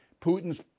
Putin's